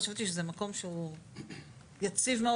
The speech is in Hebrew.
חשבתי שזה מקום שהוא יציב מאוד,